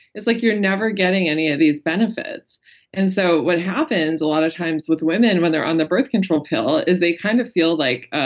it's like you're never getting any of these benefits and so what happens a lot of time with women when they're on the birth control pill is they kind of feel like